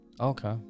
okay